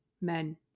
men